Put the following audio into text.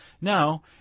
now